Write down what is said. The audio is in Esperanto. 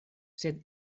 sed